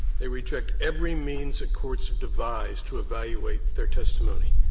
they reject every means that courts have devised to evaluate their testimony.